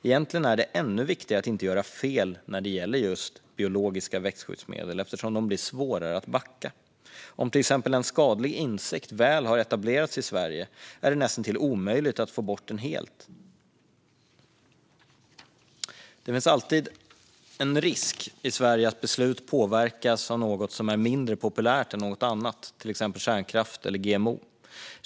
Egentligen är det ännu viktigare att inte göra fel när det gäller just biologiska växtskyddsmedel eftersom det blir svårare att backa. Om till exempel en skadlig insekt väl har etablerat sig i Sverige är det näst intill omöjligt att få bort den helt. Det finns alltid en risk i Sverige att beslut påverkas av att något är mindre populärt än något annat, till exempel kärnkraft eller GMO.